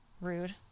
Rude